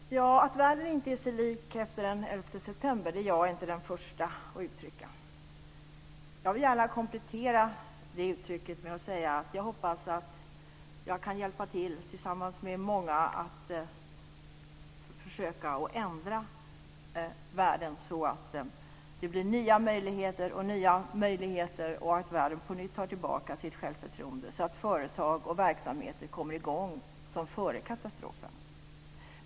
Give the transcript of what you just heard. Fru talman! Att världen inte är sig lik efter den 11 september är jag inte den första att uttrycka. Jag vill gärna komplettera med att säga att jag hoppas att jag, tillsammans med många, kan hjälpa till att försöka ändra världen så att det blir nya möjligheter och att världen kan få tillbaka sitt självförtroende så att företag och verksamheter kommer i gång som det var före katastrofen.